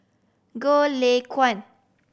Goh Lay Kuan